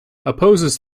opposes